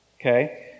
Okay